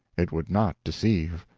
it would not deceive.